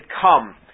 come